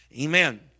Amen